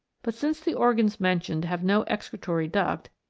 but since the organs mentioned have no excretory duct,